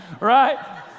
Right